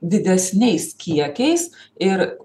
didesniais kiekiais ir